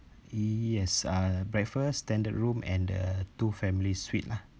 yes uh breakfast standard room and the two families suite lah